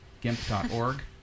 GIMP.org